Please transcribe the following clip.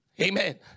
Amen